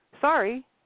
Sorry